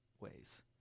ways